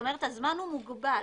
כלומר הזמן מוגבל.